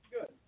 Good